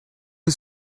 you